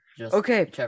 Okay